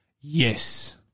Yes